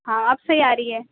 ہاں اب صحیح آ رہی ہے